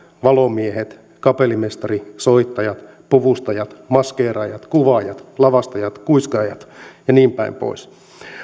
valomiehet kapellimestari soittajat puvustajat maskeeraajat kuvaajat lavastajat kuiskaajat ja niinpäin pois